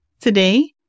Today